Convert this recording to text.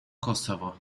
kosovo